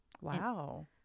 Wow